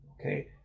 okay